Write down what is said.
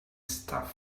stuff